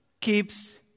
keeps